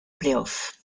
playoffs